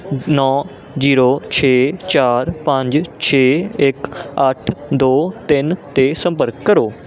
ਨੌਂ ਜੀਰੋ ਛੇ ਚਾਰ ਪੰਜ ਛੇ ਇੱਕ ਅੱਠ ਦੋ ਤਿੰਨ 'ਤੇ ਸੰਪਰਕ ਕਰੋ